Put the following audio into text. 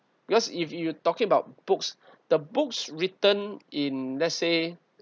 because if you're talking about books the books written in let's say